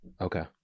Okay